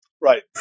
right